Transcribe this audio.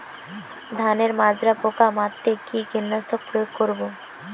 ধানের মাজরা পোকা মারতে কি কীটনাশক প্রয়োগ করব?